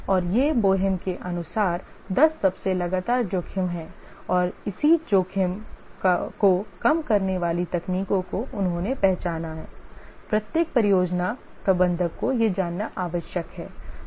और ये बोहेम के अनुसार 10 सबसे लगातार जोखिम हैं और इसी जोखिम को कम करने वाली तकनीकों को उन्होंने पहचाना है प्रत्येक परियोजना प्रबंधक को यह जानना आवश्यक है